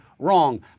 Wrong